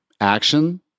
Action